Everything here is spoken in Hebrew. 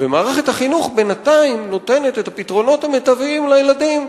ומערכת החינוך בינתיים נותנת את הפתרונות המיטביים לילדים,